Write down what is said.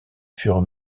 furent